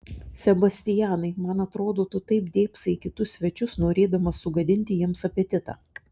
sebastianai man atrodo tu taip dėbsai į kitus svečius norėdamas sugadinti jiems apetitą